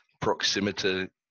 proximity